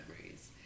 memories